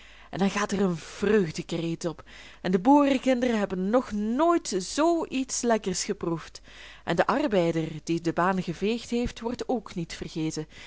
en dan gaat er een vreugdekreet op en de boerekinderen hebben nog nooit zoo iets lekkers geproefd en de arbeider die de baan geveegd heeft wordt ook niet vergeten